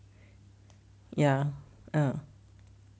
ya uh